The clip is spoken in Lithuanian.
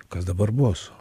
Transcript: kas dabar bus